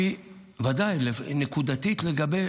ודאי, נקודתית לגבי,